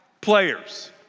players